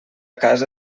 casa